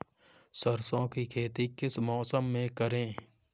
सरसों की खेती किस मौसम में करें?